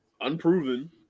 unproven